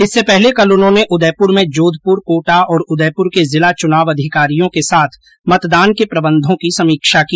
इससे पहले कल उन्होंने उदयपुर में जोधपुर कोटा और उदयपुर के जिला चुनाव अधिकारियों के साथ मतदान के प्रबंधों की समीक्षा की